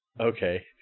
Okay